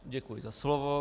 Děkuji za slovo.